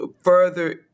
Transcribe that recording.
further